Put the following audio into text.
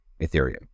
Ethereum